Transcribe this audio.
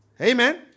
Amen